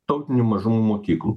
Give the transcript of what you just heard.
tautinių mažumų mokyklų